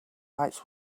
lights